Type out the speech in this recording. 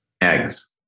Eggs